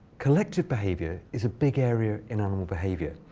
collective behavior is a big area in animal behavior.